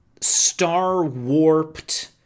Star-warped